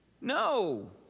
No